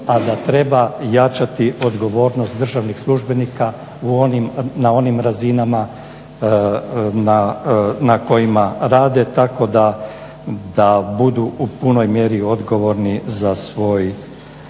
a da treba jačati odgovornost državnih službenika na onim razinama na kojima rade tako da budu u punoj mjeri odgovorni za svoju